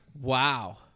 Wow